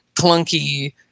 clunky